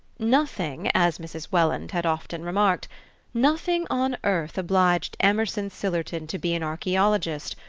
nothing as mrs. welland had often remarked nothing on earth obliged emerson sillerton to be an archaeologist,